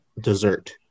dessert